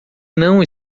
não